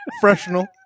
Professional